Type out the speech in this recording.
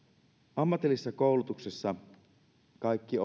ammatillisessa koulutuksessa kaikki